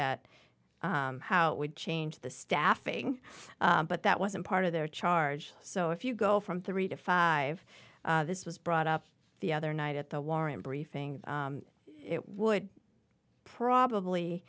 at how it would change the staffing but that wasn't part of their charge so if you go from three to five this was brought up the other night at the warren briefing it would probably